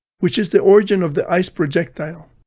which is the origin of the ice projectile.